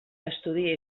estudia